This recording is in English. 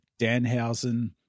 Danhausen